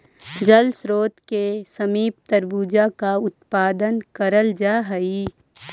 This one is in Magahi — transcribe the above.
जल स्रोत के समीप तरबूजा का उत्पादन कराल जा हई